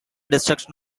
destruction